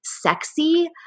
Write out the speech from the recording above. sexy